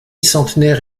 centenaire